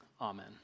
Amen